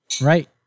Right